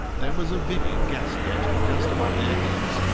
there was a vivid gas-jet just above their heads,